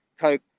Coke